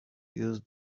use